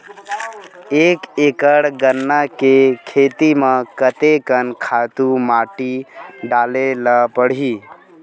एक एकड़ गन्ना के खेती म कते कन खातु माटी डाले ल पड़ही?